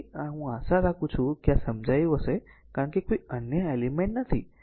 તેથી આ રીતે હું આશા રાખું છું કે આ સમજાયું હશે કારણ કે અન્ય કોઈ એલિમેન્ટ નથી